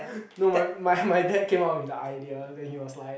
no my my my dad came up with the idea then he was like